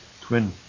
twin